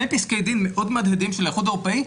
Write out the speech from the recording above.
פסקי דין מאוד מהדהדים של האיחוד האירופאי,